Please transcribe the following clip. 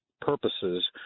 purposes